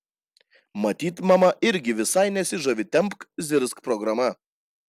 matyt mama irgi visai nesižavi tempk zirzk programa